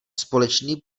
společný